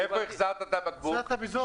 יצאת בזול.